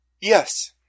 Yes